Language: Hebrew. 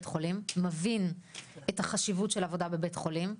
חולים מבין את החשיבות של העבודה בבית חולים,